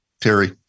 Terry